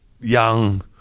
young